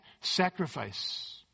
sacrifice